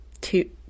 two